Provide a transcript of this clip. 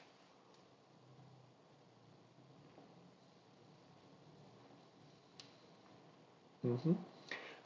mmhmm